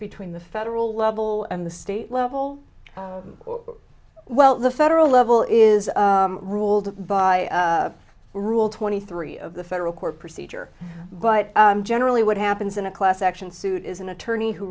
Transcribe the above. between the federal level and the state level or well the federal level is ruled by rule twenty three of the federal court procedure but generally what happens in a class action suit is an attorney who